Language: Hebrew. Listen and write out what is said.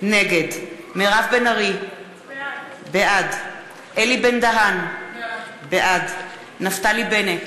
נגד מירב בן ארי, בעד אלי בן-דהן, בעד נפתלי בנט,